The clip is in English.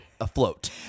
afloat